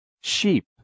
sheep